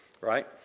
right